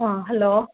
ꯑꯥ hello